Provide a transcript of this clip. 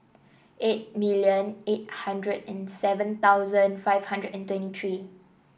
eight million eight hundred and seven thousand five hundred and twenty three